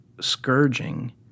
scourging